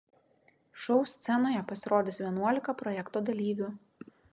šou scenoje pasirodys vienuolika projekto dalyvių